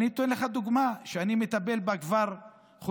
אני אתן לך דוגמה, שאני מטפל בה כבר חודשיים